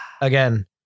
again